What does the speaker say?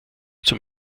zum